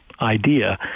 idea